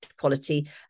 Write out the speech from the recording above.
quality